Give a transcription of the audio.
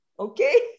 Okay